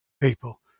people